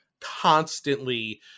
constantly